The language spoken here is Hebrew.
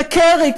וקרי,